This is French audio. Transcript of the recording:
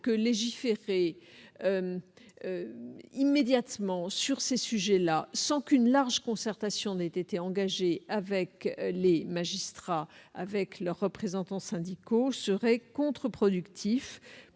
légiférer immédiatement sur ces sujets-là, sans qu'une large concertation ait été engagée avec les magistrats et leurs représentants syndicaux, serait, selon moi,